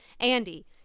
Andy